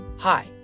Hi